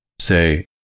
Say